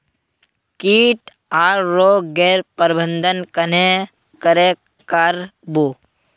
किट आर रोग गैर प्रबंधन कन्हे करे कर बो?